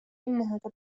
إنها